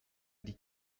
die